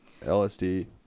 lsd